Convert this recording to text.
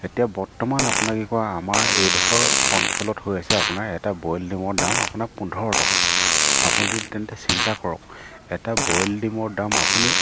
এতিয়া বৰ্তমান আপোনাৰ কি কয় আমাৰ এইডোখৰ অঞ্চলত হৈ আছে আপোনাৰ এটা বইল ডিমৰ দাম আপোনাৰ পোন্ধৰ টকা আপুনি তেন্তে চিন্তা কৰক এটা বইল ডিমৰ দাম আপুনি